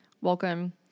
Welcome